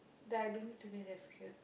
then I don't need to be rescued